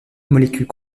molécule